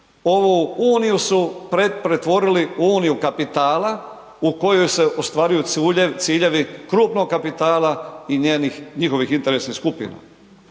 ovu uniju su pretvorili u uniju kapitala u kojoj se ostvaruju ciljevi krupnog kapitala i njenih, njihovih interesnih skupina.